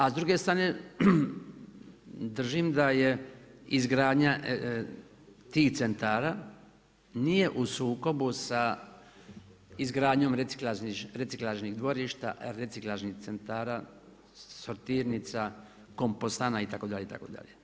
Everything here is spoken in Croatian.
A s druge strane, držim da je izgradnja tih centara nije u sukobu sa izgradnjom reciklažnih dvorišta, reciklažnih centara, sortirnica, kompostana itd. itd.